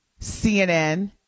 CNN